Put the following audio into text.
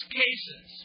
cases